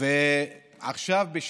ואנחנו חברי ועדת חוקה.